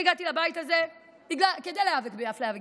אני הגעתי לבית הזה כדי להיאבק באפליה וגזענות,